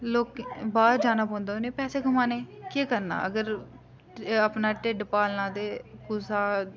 लोकें ई बाह्र जाना पौंदा उ'नेंगी पैसें कमाने गी केह् करना अगर अपना ढिड्ड पालना ते कुसै